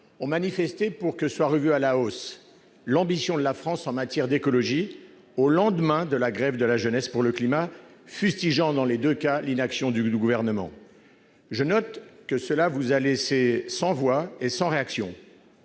ont manifesté pour que soit revue à la hausse l'ambition de la France en matière d'écologie, au lendemain de la grève de la jeunesse pour le climat. Dans les deux cas, l'inaction du Gouvernement a été fustigée. Je note que cela vous a laissé sans voix et sans réaction